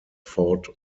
fought